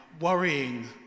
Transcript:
worrying